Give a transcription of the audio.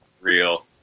real